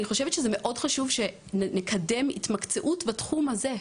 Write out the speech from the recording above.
אני חושבת שזה מאוד חשוב שנקדם התמקצעות בתחום הזה.